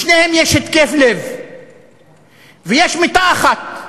לשניהם יש התקף לב ויש מיטה אחת.